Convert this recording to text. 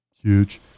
huge